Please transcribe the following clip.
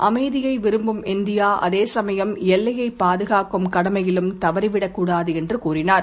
அமைதியைவிரும்பும்இந்தியா அதேசமயம்எல்லையைபாதுகாக்கும்கடமையிலும்தவறி விடக்கூடாது என்றுதெரிவித்தார்